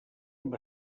amb